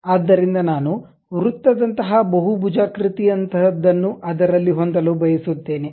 ಆದ್ದರಿಂದ ನಾನು ವೃತ್ತದಂತಹ ಬಹುಭುಜಾಕೃತಿಯಂತಹದನ್ನು ಅದರಲ್ಲಿ ಹೊಂದಲು ಬಯಸುತ್ತೇನೆ